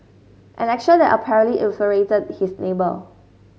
an action that apparently infuriated his neighbour